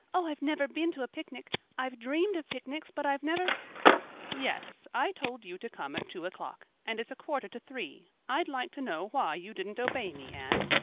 oh, i've never been to a picnic i've dreamed of picnics, but i've never yes, i told you to come at two o'clock. and it's a quarter to three. i'd like to know why you didn't obey me, anne.